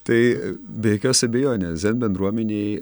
tai be jokios abejonės zen bendruomenėj